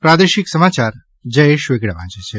પ્રાદેશિક સમાચાર જયેશ વેગડા વાંચે છે